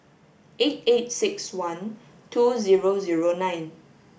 eight eight six one two zero zero nine